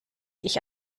ich